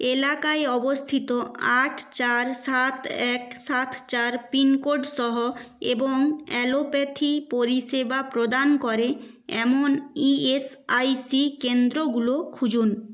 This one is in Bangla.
এলাকায় অবস্থিত আট চার সাত এক সাত চার পিনকোডসহ এবং অ্যালোপ্যাথি পরিষেবা প্রদান করে এমন ইএসআইসি কেন্দ্রগুলো খুঁজুন